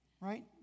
Right